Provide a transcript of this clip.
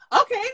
Okay